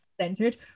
centered